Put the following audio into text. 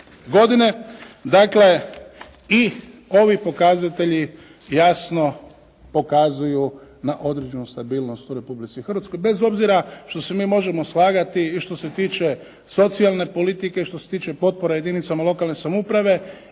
godine. Dakle, i ovi pokazatelji jasno pokazuju na određenu stabilnost u Republici Hrvatskoj bez obzira što se mi možemo slagati i što se tiče socijalne politike i što se tiče potpora jedinicama lokalne samouprave